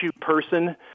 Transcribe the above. person